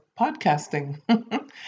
podcasting